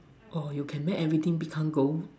oh you can make everything become gold